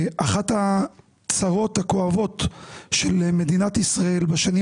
אחת הצרות הכואבות של מדינת ישראל בשנים